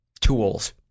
tools